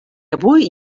avui